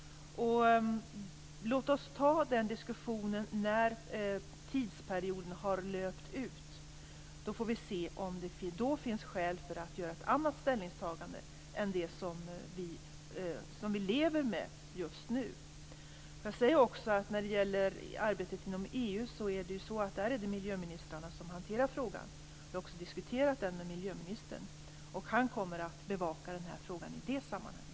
Låt oss ta den diskussionen när tidsperioden har löpt ut. Då får vi se om det finns skäl att göra ett annat ställningstagande än det som vi lever med just nu. Låt mig också när det gäller arbetet inom EU säga att där är det miljöministrarna som hanterar frågan. Jag har också diskuterat detta med miljöministern, och han kommer att bevaka frågan i det sammanhanget.